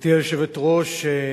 גברתי היושבת-ראש,